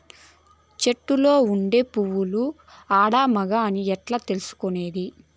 చెట్టులో ఉండే పూలు ఆడ, మగ అని ఎట్లా తెలుసుకునేది?